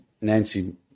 Nancy